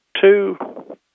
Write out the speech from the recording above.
two